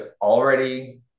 already